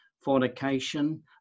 fornication